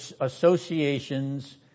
associations